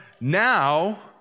now